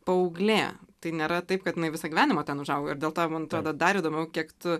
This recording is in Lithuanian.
paauglė tai nėra taip kad jinai visą gyvenimą ten užaugo ir dėl to man atrodo dar įdomiau kiek tu